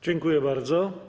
Dziękuję bardzo.